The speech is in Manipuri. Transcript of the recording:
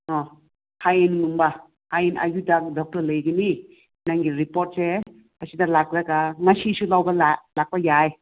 ꯑꯥ ꯍꯌꯦꯡꯒꯨꯝꯕ ꯍꯌꯦꯡ ꯑꯌꯨꯛꯇ ꯗꯣꯛꯇꯔ ꯂꯩꯒꯅꯤ ꯅꯪꯒꯤ ꯔꯤꯄꯣꯔꯠꯁꯦ ꯑꯁꯤꯗ ꯂꯥꯛꯂꯒ ꯉꯁꯤꯁꯨ ꯂꯧꯕ ꯂꯥꯛꯄ ꯌꯥꯏ